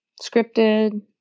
scripted